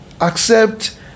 accept